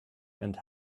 and